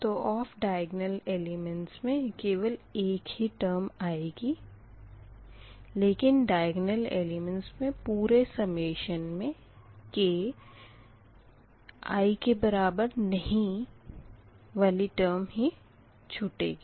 तो of diagonal elements मे केवल एक ही टर्म आएगी लेकिन द्य्ग्न्ल एलिमेंट्स मे पूरे सम्मेशन मे k ≠ i टर्म ही छूटेगी